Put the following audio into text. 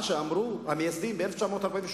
מה שאמרו המייסדים ב-1948,